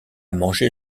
manger